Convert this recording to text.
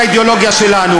זו האידיאולוגיה שלנו.